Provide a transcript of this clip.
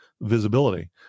visibility